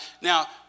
now